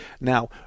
Now